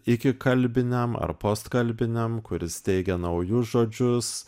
iki kalbiniam ar post kalbiniam kuris teigia naujus žodžius